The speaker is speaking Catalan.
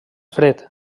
fred